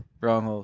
wrong